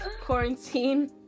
Quarantine